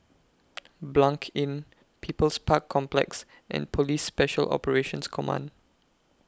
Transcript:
Blanc Inn People's Park Complex and Police Special Operations Command